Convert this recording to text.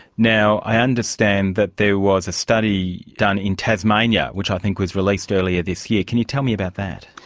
now i understand that there was a study done in tasmania which i think was released earlier this year. can you tell me about that?